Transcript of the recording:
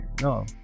no